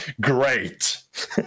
Great